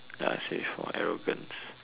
ya I say before arrogance